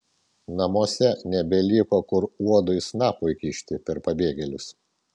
namuose nebeliko kur uodui snapo įkišti per pabėgėlius